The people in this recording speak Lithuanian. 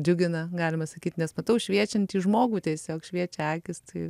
džiugina galima sakyt nes matau šviečiantį žmogų tiesiog šviečia akys tai